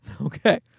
Okay